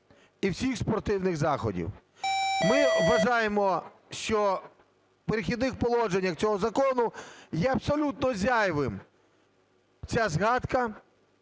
і всіх спортивних заходів. Ми вважаємо, що в "Перехідних положеннях" цього закону є абсолютно зайвим ця згадка